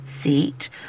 seat